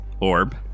orb